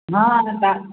बारह घण्टा